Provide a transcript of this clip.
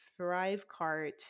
Thrivecart